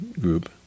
group